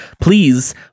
please